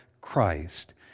Christ